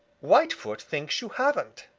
whitefoot thinks you haven't.